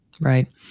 Right